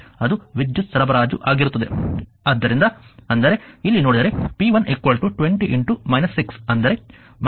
ಆದ್ದರಿಂದ ಅಂದರೆ ಇಲ್ಲಿ ನೋಡಿದರೆ p1 20 6 ಅಂದರೆ 120 ವ್ಯಾಟ್ ಇದು ಸರಬರಾಜು ಮಾಡಿದ ಶಕ್ತಿ